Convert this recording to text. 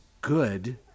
good